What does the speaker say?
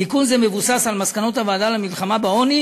תיקון זה מבוסס על מסקנות הוועדה למלחמה בעוני